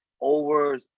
over